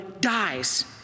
dies